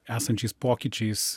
esančiais pokyčiais